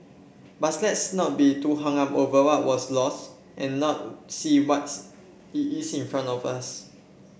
but let's not be too hung up over what was lost and not see what's is in front of us